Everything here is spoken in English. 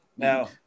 Now